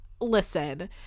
listen